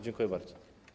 Dziękuję bardzo.